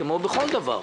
כמו בכל דבר.